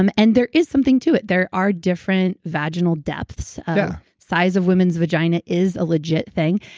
um and there is something to it. there are different vaginal depths. yeah. size of woman's vagina is a legit thing.